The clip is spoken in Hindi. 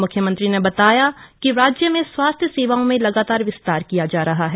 मुख्यमंत्री ने बताया कि राज्य में स्वास्थ्य सेवाओं में लगातार विस्तार किया जा रहा है